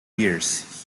years